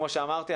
כמו שאמרתי,